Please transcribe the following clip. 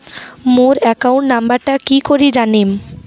মোর account নাম্বারটা কি করি জানিম?